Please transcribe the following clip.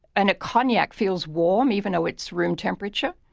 and a cognac feels warm even though it's room temperature.